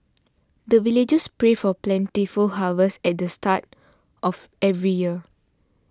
the villagers pray for plentiful harvest at the start of every year